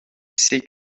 ses